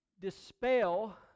dispel